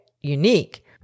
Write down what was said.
unique